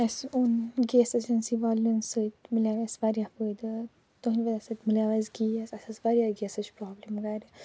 اَسہِ اوٚن gas agency والٮ۪ن سۭتۍ مِلے اَسہِ وارِیاہ فٲیدٕ تُہٕنٛدِ وجہ سۭتۍ مِلیو اَسہِ گیس اَسہِ ٲس وارِیاہ گیسٕچ پرٛابلِم گَرِ